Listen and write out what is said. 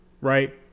Right